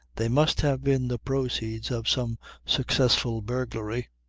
they must have been the proceeds of some successful burglary.